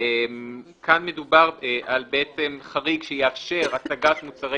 פה מדובר על חריג שיאפשר הצגת מוצרי